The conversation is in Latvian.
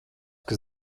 kas